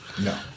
No